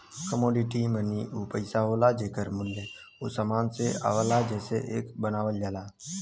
commodity money उ पइसा होला जेकर मूल्य उ समान से आवला जेसे एके बनावल जाला